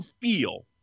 feel